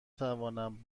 توانم